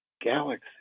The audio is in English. galaxy